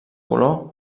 color